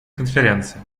конференции